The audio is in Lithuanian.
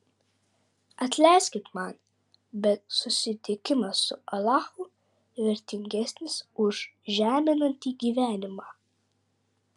atleiskit man bet susitikimas su alachu vertingesnis už žeminantį gyvenimą